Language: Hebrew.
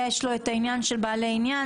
יש לו את העניין של בעלי עניין,